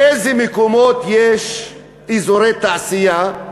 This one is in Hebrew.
באיזה מקומות יש אזורי תעשייה,